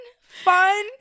fun